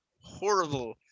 horrible